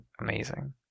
amazing